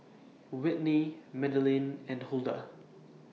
Whitney Madilynn and Huldah